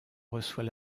reçoit